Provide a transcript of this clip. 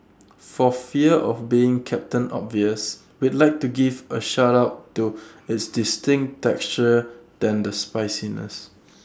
for fear of being captain obvious we'd like to give A shout out to its distinct texture than the spiciness